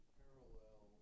parallel